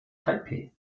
taipeh